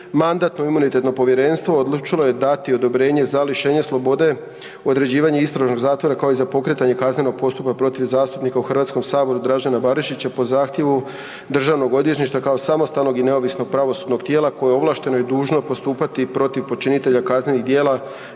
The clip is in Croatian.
Mandatno-imunitetno povjerenstvo odlučilo je dati odobrenja za lišenje slobode i određivanje istražnog zatvora kao i za pokretanje kaznenog postupka protiv zastupnika u HS-u Dražena Barišića po zahtjevu DORH-a kao samostalnog i neovisnog pravosudnog tijela koje je ovlašteno i dužno postupati protiv počinitelja kaznenih djela